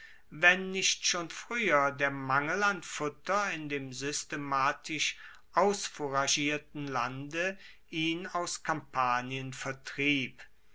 wenn nicht schon frueher der mangel an futter in dem systematisch ausfouragierten lande ihn aus kampanien vertrieb